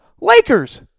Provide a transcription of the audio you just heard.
Lakers